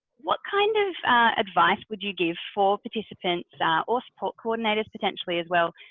what kind of advice would you give for participants or support coordinators potentially as well?